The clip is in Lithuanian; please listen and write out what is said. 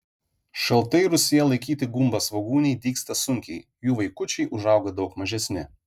šaltai rūsyje laikyti gumbasvogūniai dygsta sunkiai jų vaikučiai užauga daug mažesni